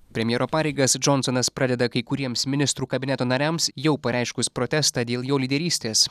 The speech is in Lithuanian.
premjero pareigas džonsonas pradeda kai kuriems ministrų kabineto nariams jau pareiškus protestą dėl jo lyderystės